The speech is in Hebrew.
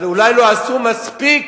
אבל אולי לא עשו מספיק